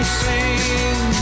sing